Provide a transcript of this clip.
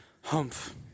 humph